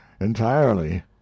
entirely